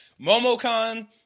MomoCon